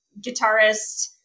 guitarist